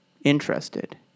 interested